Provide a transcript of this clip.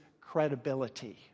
credibility